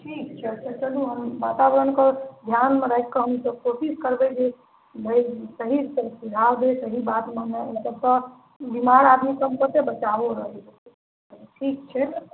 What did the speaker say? ठीक छै तऽ चलू हम वातावरणपर धिआनमे राखिके हमसब कोशिश करबै जे भाइ सहीसँ सुधार होइ सही वातावरणमे मतलब सब बीमार आदमी सबके बचाबैके रहै ठीक छै